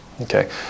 Okay